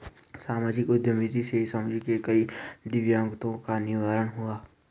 सामाजिक उद्यमिता से समाज के कई दिकक्तों का निवारण हुआ है